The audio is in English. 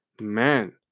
man